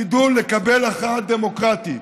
תדעו לקבל הכרעה דמוקרטית.